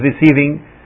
receiving